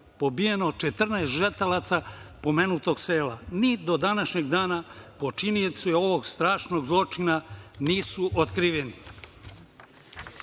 pobijeno 14 žetelaca pomenutog sela. Ni do današnjeg dana počinioci ovog strašnog zločina nisu otkriveni. Sve